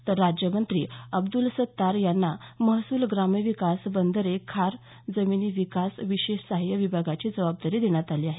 तर राज्यमंत्री अब्द्रल सत्तार यांना महसूल ग्रामविकास बंदरे खार जमिनी विकास विशेष सहाय्य विभागाची जबाबदारी देण्यात आली आहे